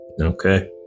Okay